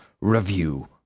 review